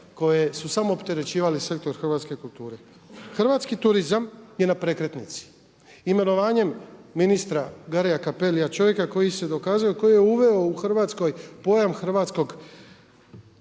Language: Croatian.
koje su samo opterećivale sektor hrvatske kulture. Hrvatski turizam je na prekretnici. Imenovanjem ministra Garia Cappellia, čovjeka koji se dokazao i koji je uveo u Hrvatskoj pojam